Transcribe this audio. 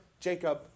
Jacob